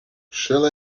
shall